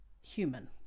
human